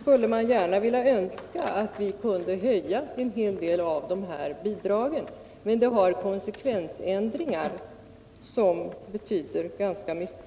skulle man önska att man kunde höja en hel del av de här bidragen, men då blir det konsekvensändringar som betyder ganska mycket.